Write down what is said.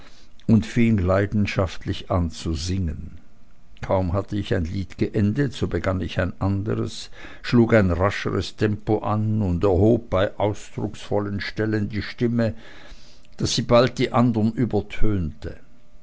und fing leidenschaftlich an zu singen kaum hatte ein lied geendet so begann ich ein anderes schlug ein rascheres tempo an und erhob bei ausdrucksvollen stellen die stimme daß sie bald die anderen übertönte